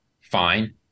fine